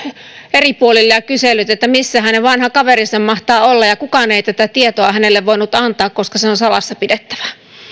eri puolille ja kysellyt missä hänen vanha kaverinsa mahtaa olla ja kukaan ei tätä tietoa hänelle voinut antaa koska se on on salassa pidettävää